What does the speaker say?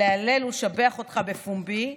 להלל ולשבח אותך בפומבי,